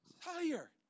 Higher